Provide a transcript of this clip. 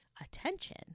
attention